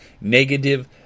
negative